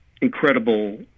incredible